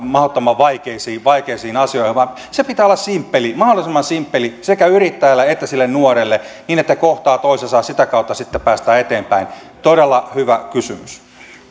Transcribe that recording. mahdottoman vaikeisiin vaikeisiin asioihin vaan sen pitää olla mahdollisimman simppeli sekä yrittäjälle että sille nuorelle niin että he kohtaavat toisensa ja sitä kautta sitten päästään eteenpäin todella hyvä kysymys viimeinen